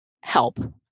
help